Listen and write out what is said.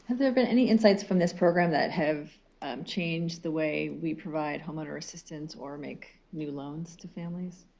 have there been any insights from this program that have changed the way we provide homeowner assistance or make new loans to families?